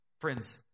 Friends